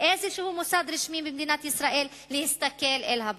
באיזשהו מוסד רשמי בישראל, להסתכל אל הבעיות.